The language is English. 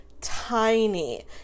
tiny